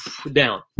down